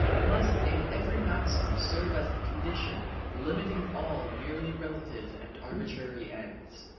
must in every maxim serve as the condition limiting all merely relative and arbitrary ends.